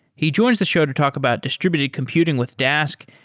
he joins the show to talk about distributed computing with dask,